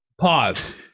Pause